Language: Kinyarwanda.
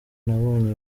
nabonye